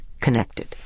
connected